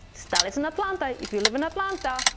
stylist in atlanta, if you live in atlanta,